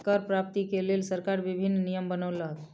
कर प्राप्ति के लेल सरकार विभिन्न नियम बनौलक